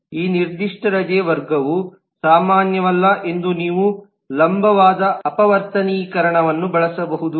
ಈ ನಿರ್ದಿಷ್ಟ ರಜೆ ವರ್ಗವು ಸಾಮಾನ್ಯವಲ್ಲ ಎಂದು ನೀವು ಲಂಬವಾದ ಅಪವರ್ತನೀಕರಣವನ್ನು ಬಳಸಬಹುದು